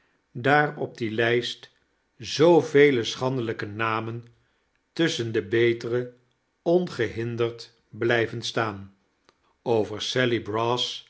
daar op die lijst zoovele schandelijke namen tusschen de betere ongehinderd blijven staan over sally brass